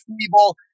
people